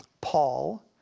Paul